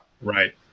Right